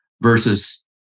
versus